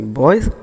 boys